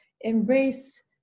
embrace